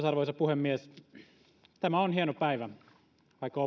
arvoisa puhemies tämä on hieno päivä vaikka